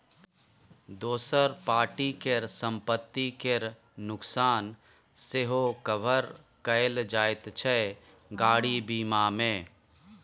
दोसर पार्टी केर संपत्ति केर नोकसान सेहो कभर कएल जाइत छै गाड़ी बीमा मे